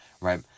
right